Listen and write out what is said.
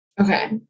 Okay